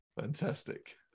Fantastic